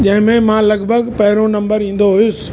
जंहिं में मां लॻभॻि पहिरों नंबर ईंदो हुअसि